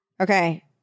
Okay